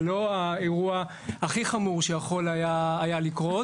זה לא האירוע הכי חמור שיכול היה לקרות,